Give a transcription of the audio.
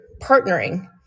partnering